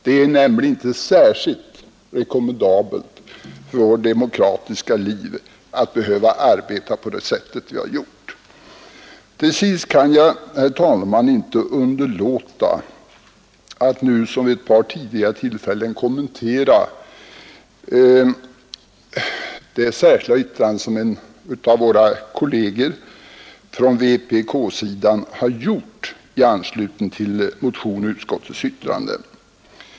Det är nämligen inte särskilt rekommendabelt för vårt demokratiska liv att behöva arbeta på det sätt vi har gjort. Till sist kan jag, herr talman, inte underlåta att nu som vid ett par tidigare tillfällen kommentera det särskilda yttrande som en av våra kolleger från vpk-sidan har gjort i anslutning till motionen och utskottets yttrande.